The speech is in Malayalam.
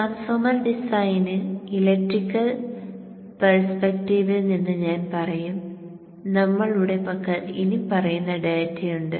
ട്രാൻസ്ഫോർമർ ഡിസൈനിൽ ഇലക്ട്രിക്കൽ പെർസെപ്റ്റീവിൽ നിന്ന് ഞാൻ പറയും നമ്മളുടെ പക്കൽ ഇനിപ്പറയുന്ന ഡാറ്റയുണ്ട്